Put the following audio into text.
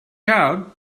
out